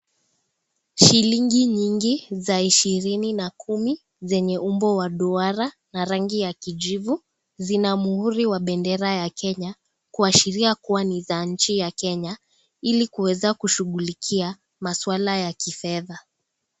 Shilingi nyingi za ishirini na kumi zenye umbo la duara na rangi ya kijivu zina muhuriwa bendera ya Kenya kuashiria kuwa ni za nchi ya Kenya ili kuweza kushughulikia maswala ya kifedha.